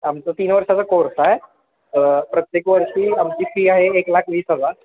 आमचं तीन वर्षाचा कोर्स आहे प्रत्येक वर्षी आमची फी आहे एक लाख वीस हजार